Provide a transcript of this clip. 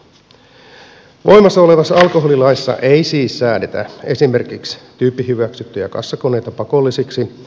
voimassa olevassa alkoholilaissa ei siis säädetä esimerkiksi tyyppihyväksyttyjä kassakoneita pakollisiksi